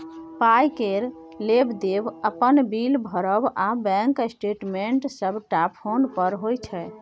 पाइ केर लेब देब, अपन बिल भरब आ बैंक स्टेटमेंट सबटा फोने पर होइ छै